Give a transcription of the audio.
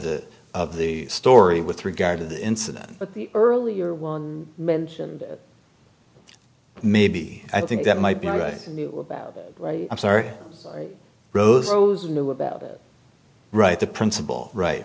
the of the story with regard to the incident but the earlier one mentioned maybe i think that might be i knew about it i'm sorry rose knew about it right the principal right